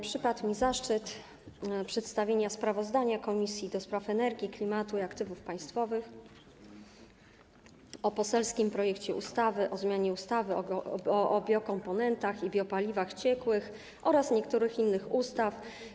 Przypadł mi zaszczyt przedstawienia sprawozdania Komisji do Spraw Energii, Klimatu i Aktywów Państwowych o poselskim projekcie ustawy o zmianie ustawy o biokomponentach i biopaliwach ciekłych oraz niektórych innych ustaw.